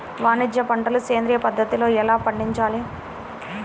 వాణిజ్య పంటలు సేంద్రియ పద్ధతిలో ఎలా పండించాలి?